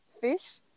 Fish